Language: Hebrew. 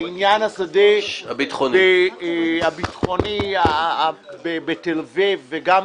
בעניין השדה הביטחוני בתל אביב וגם